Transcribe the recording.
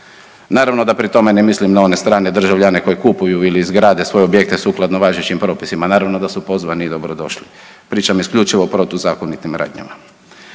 Naravno da pri tome ne mislim na one strane državljane koji kupuju ili izgrade svoje objekte sukladno važećim propisima, naravno da su pozvani i dobrodošli. Pričam isključivo o protuzakonitim radnjama.